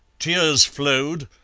tears flowed,